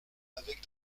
avec